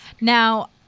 Now